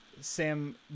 Sam